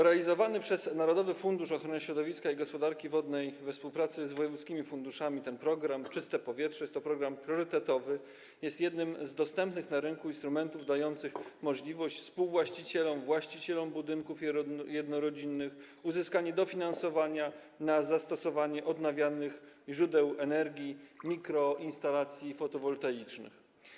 Realizowany przez Narodowy Fundusz Ochrony Środowiska i Gospodarki Wodnej we współpracy z wojewódzkimi funduszami program „Czyste powietrze” jest programem priorytetowym, jest jednym z dostępnych na rynku instrumentów dających możliwość współwłaścicielom, właścicielom budynków jednorodzinnych uzyskania dofinansowania na zastosowanie odnawialnych źródeł energii, mikroinstalacji fotowoltaicznych.